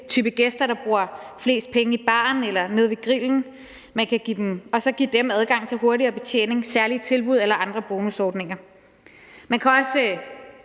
type gæster der bruger flest penge i baren eller nede ved grillen – og så give dem adgang til hurtigere betjening, særlige tilbud eller andre bonusordninger. Man kan også